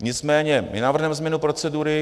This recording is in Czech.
Nicméně je návrh na změnu procedury.